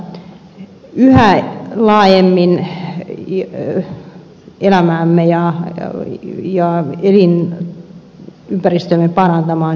tarvitsemme taidetta yhä laajemmin elämäämme ja elinympäristöämme parantamaan